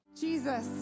Jesus